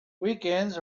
weekends